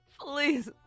Please